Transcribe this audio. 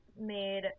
made